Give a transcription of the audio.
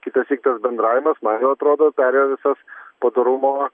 kitąsyk toks bendravimas man jau atrodo perėjo visas padorumo